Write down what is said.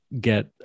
get